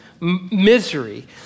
misery